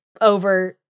over